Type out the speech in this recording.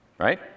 right